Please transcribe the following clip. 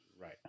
right